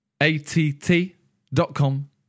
att.com